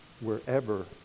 wherever